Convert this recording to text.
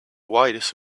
wise